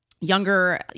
younger